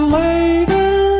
later